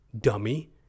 dummy